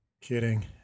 Kidding